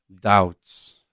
doubts